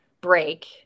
break